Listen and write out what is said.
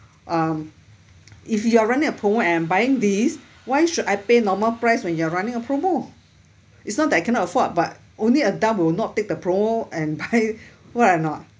um if you are running a promo and buying these why should I pay normal price when you are running a promo it's not that I cannot afford but only a dumb will not take the promo and buy right or not